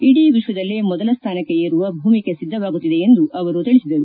ಇಡೀ ವಿಶ್ವದಲ್ಲೇ ಮೊದಲ ಸ್ವಾನಕ್ಕೆ ಏರುವ ಭೂಮಿಕೆ ಸಿದ್ದವಾಗುತ್ತಿದೆ ಎಂದು ತಿಳಿಸಿದರು